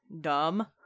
dumb